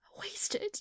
Wasted